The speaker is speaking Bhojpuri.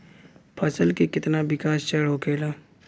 फसल के कितना विकास चरण होखेला?